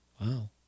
Wow